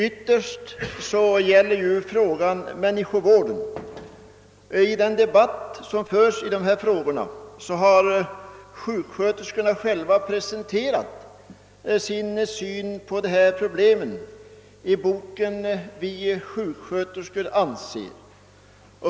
Ytterst gäller ju frågan människovården. I den debatt som förs i detta sammanhang har sjuksköterskorna själva presenterat sin syn på problemet i boken »Vi sjuksköterskor anser».